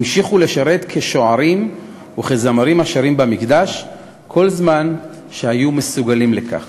המשיכו לשרת כשוערים וכזמרים השרים במקדש כל זמן שהיו מסוגלים לכך.